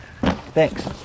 Thanks